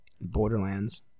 borderlands